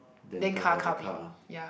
then do have a car